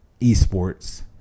esports